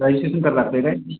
registration करा लागते काय